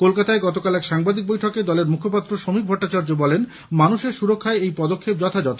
কলকাতায় গতকাল এক সাংবাদিক বৈঠকে দলের মুখপাত্র শমীক ভট্টাচার্য বলেন মানুষের সুরক্ষায় এই পদক্ষেপ যথাযথ